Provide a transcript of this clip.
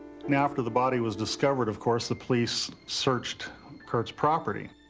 and after the body was discovered, of course, the police searched kurt's property.